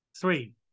Three